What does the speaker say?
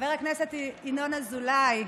חבר הכנסת ינון אזולאי,